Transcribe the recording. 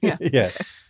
Yes